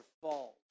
fault